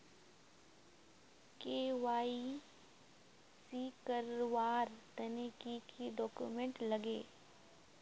KYC करवार तने की की डॉक्यूमेंट लागे?